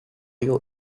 you